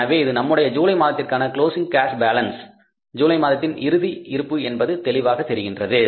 எனவே இது நம்முடைய ஜூலை மாதத்திற்கான க்ளோஸிங் கேஷ் பாலன்ஸ் ஜூலை மாதத்தின் இறுதி இருப்பு என்பது தெளிவாக தெரிகின்றது